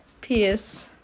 Peace